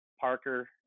Parker